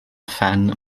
phen